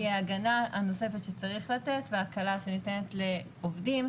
הסיבה השנייה היא ההגנה הנוספת שצריך לתת וההקלה שניתנת לעובדים,